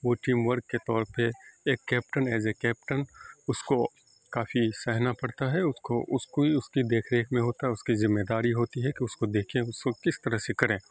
وہ team work کے طور پہ ایک کیپٹن ایز اے کیپٹن اس کو کافی سہنا پڑتا ہے اس کو اس کو ہی اس کی دیکھ ریکھ میں ہوتا ہے اس کی ذمے داری ہوتی ہے کہ اس کو دیکھیں اس کو کس طرح سے کریں